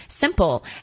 simple